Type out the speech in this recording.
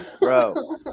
bro